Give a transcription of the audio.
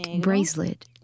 bracelet